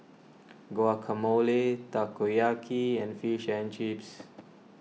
Guacamole Takoyaki and Fish and Chips